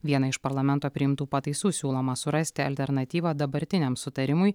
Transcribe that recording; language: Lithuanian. vieną iš parlamento priimtų pataisų siūloma surasti alternatyvą dabartiniam sutarimui